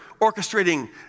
orchestrating